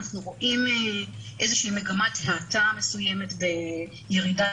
אנחנו רואים איזושהי מגמת האטה מסוימת בירידת